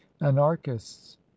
anarchists